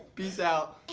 peace out.